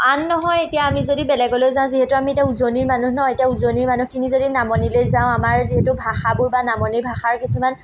আন নহয় এতিয়া আমি যদি বেলেগলৈ যাওঁ যিহেতু আমি এতিয়া উজনিৰ মানুহ ন এতিয়া উজনিৰ মানুহখিনি যদি নামনিলৈ যাওঁ আমাৰ যিহেতু ভাষাবোৰ বা নামনিৰ ভাষাৰ কিছুমান